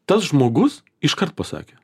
tas žmogus iškart pasakė